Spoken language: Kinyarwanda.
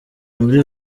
muri